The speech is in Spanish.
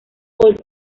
por